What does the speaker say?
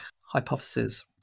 hypothesis